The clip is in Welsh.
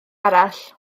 arall